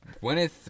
Gwyneth